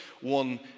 one